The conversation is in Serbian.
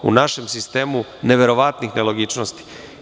U našem sistemu sada imamo neverovatnih nelogičnosti.